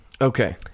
Okay